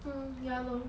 mm ya lor